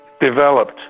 developed